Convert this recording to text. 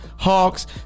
Hawks